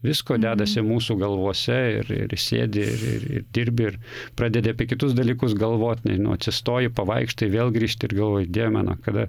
visko dedasi mūsų galvose ir ir sėdi ir ir ir dirbi ir pradedi apie kitus dalykus galvot nežinau atsistoji pavaikštai vėl grįžti ir galvoji dieve mano kada